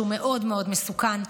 שהוא מאוד מאוד מסוכן,